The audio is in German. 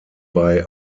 bei